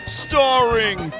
starring